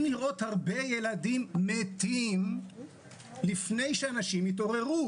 לראות הרבה ילדים מתים לפני שאנשים יתעוררו.